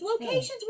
Locations